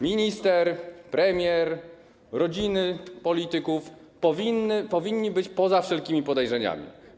Minister, premier, rodziny polityków powinni być poza wszelkimi podejrzeniami.